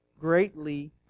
greatly